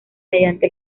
mediante